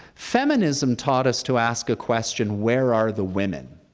feminism taught us to ask a question. where are the women?